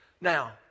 Now